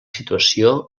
situació